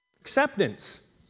acceptance